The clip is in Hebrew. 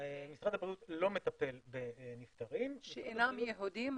משרד הבריאות לא מטפל בנפטרים -- שאינם יהודים?